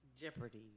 Jeopardy